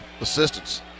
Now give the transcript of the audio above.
assistance